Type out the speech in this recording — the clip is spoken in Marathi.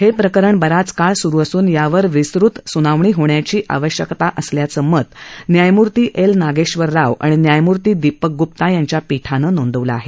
हे प्रकरण बराच काळ सुरु असून यावर विस्तृत सुनावणी होण्याची आवश्यकता असल्याचं मत न्यायमूर्ती एल नागेश्वर राव आणि न्यायमूर्ती दिपक ग्प्ता यांच्या पीठानं नोंदवलं आहे